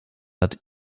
hat